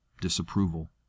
Disapproval